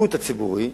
השיפוט הציבורי,